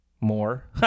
more